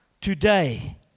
today